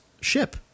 ship